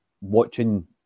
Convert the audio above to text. watching